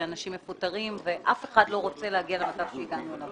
ואנשים מפוטרים ואף אחד לא רוצה להגיע למצב אליו הגענו.